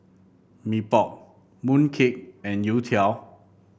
Mee Pok mooncake and youtiao